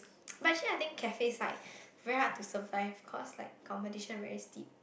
but actually I think cafe side very hard to survive cause like competition very steep